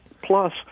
Plus